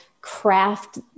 craft